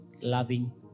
loving